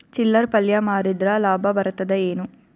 ಚಿಲ್ಲರ್ ಪಲ್ಯ ಮಾರಿದ್ರ ಲಾಭ ಬರತದ ಏನು?